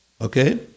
Okay